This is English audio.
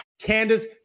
Candace